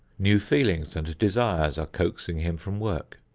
new feelings and desires are coaxing him from work.